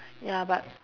ya but